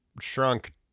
shrunk